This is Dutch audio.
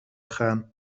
gaan